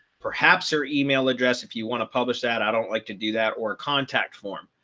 perhaps your email address, if you want to publish that, i don't like to do that or contact form.